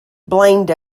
blamed